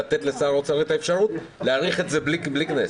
לתת לשר האוצר את האפשרות להאריך את זה בלי כנסת.